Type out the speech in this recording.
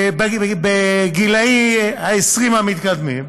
בגילי ה-20 המתקדמים,